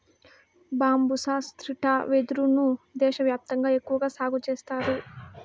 బంబూసా స్త్రిటా వెదురు ను దేశ వ్యాప్తంగా ఎక్కువగా సాగు చేత్తారు